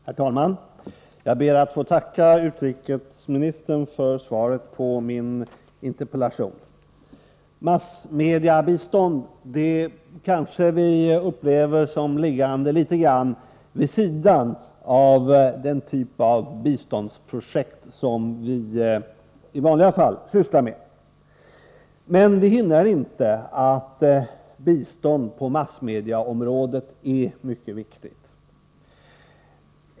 Herr talman! Jag ber att få tacka utrikesministern för svaret på min interpellation. Massmediebistånd kanske vi upplever som liggande litet grand vid sidan av den typ av biståndsprogram som vi i vanliga fall sysslar med. Men det hindrar inte att bistånd på massmedieområdet är mycket viktigt.